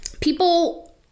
people